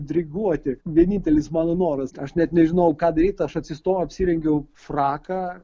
diriguoti vienintelis mano noras aš net nežinojau ką daryt aš atsistojau apsirengiau fraką